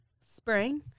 spring